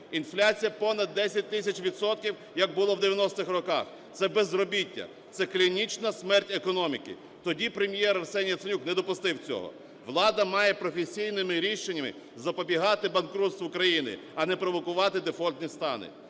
інфляція понад 10 тисяч відсотків як було в 90-х роках, це безробіття, це клінічна смерть економіки. Тоді Прем’єр Арсеній Яценюк не допустив цього. Влада має професійними рішеннями запобігати банкрутству країни, а не провокувати дефолтні стани.